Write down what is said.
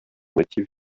motifs